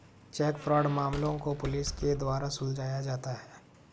check fraud मामलों को police के द्वारा सुलझाया जाता है